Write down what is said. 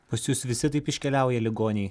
pas jus visi taip iškeliauja ligoniai